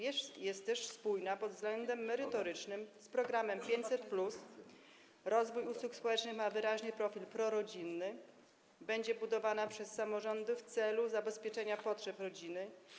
Jest też spójna pod względem merytorycznym z programem 500+, bo rozwój usług społecznych ma wyraźny profil prorodzinny, i będzie ona budowana przez samorządy w celu zabezpieczenia potrzeb rodziny.